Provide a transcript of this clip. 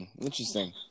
interesting